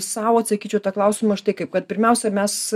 sau atsakyčiau tą klausimą štai kaip kad pirmiausia mes